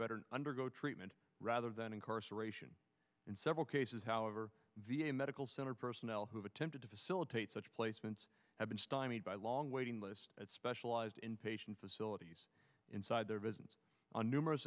veterans undergo treatment rather than incarceration in several cases however v a medical center personnel who've attempted to facilitate such placements have been stymied by long waiting lists at specialized inpatient facilities inside their visits on numerous